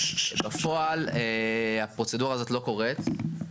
בפועל הפרוצדורה הזאת לא קורית.